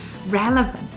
relevant